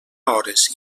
hores